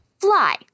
Fly